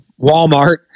Walmart